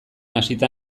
hasita